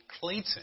Clayton